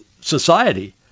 society